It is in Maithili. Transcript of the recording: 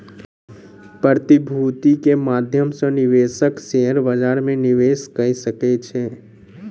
प्रतिभूति के माध्यम सॅ निवेशक शेयर बजार में निवेश कअ सकै छै